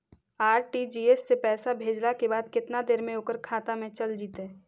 RTGS से पैसा भेजला के बाद केतना देर मे ओकर खाता मे चल जितै?